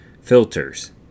filters